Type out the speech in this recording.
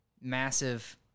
massive